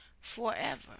forever